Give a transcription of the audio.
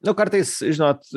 nu kartais žinot